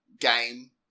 game